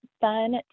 fun